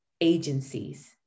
agencies